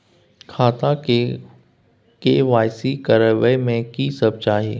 खाता के के.वाई.सी करबै में की सब चाही?